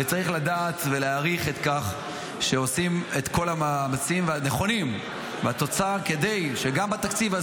וצריך לדעת ולהעריך שעושים את כל המאמצים הנכונים כדי שגם בתקציב,